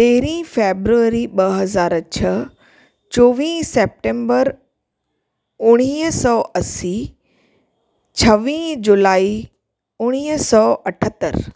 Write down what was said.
तेरह फैब्ररी ॿ हज़ार छ्ह चोवीह सैपटैम्बर उणिवीह सौ असी छवीह जुलाई उणिवीह सौ अठहतरि